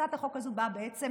הצעת החוק הזו באה בעצם